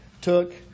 took